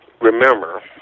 remember